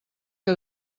que